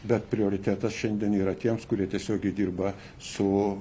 bet prioritetas šiandien yra tiems kurie tiesiogiai dirba su